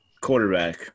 quarterback